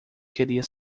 queria